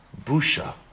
busha